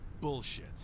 Bullshit